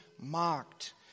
mocked